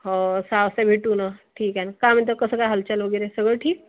हो सहा वाजता भेटू नं ठीक आहे नं काय म्हणता कसं काय हालचाल वगैरे सगळं ठीक